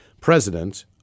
president